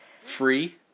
Free